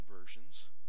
versions